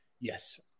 Yes